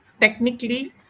Technically